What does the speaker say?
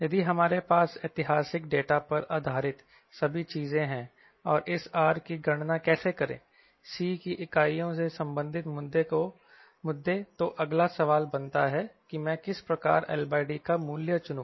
यदि हमारे पास ऐतिहासिक डेटा पर आधारित सभी चीजें हैं और इस R की गणना कैसे करेंC की इकाइयों से संबंधित मुद्दे तो अगला सवाल बनता है कि मैं किस प्रकार LD का मूल्य चुनो